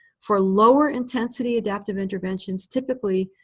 for lower-intensity adaptive interventions, typically,